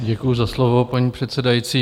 Děkuji za slovo, paní předsedající.